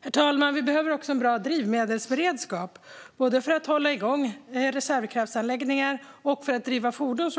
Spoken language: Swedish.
Herr talman! Vi behöver också en bra drivmedelsberedskap både för att hålla igång reservkraftsanläggningar och för att driva fordon.